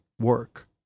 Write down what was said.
work